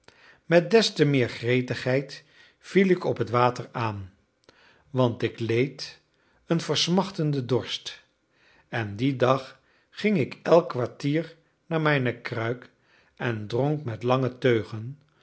met destemeer gretigheid viel ik op het water aan want ik leed een versmachtenden dorst en die dag ging ik elk kwartier naar mijne kruik en dronk met lange teugen